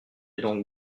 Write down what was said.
donc